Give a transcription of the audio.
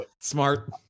smart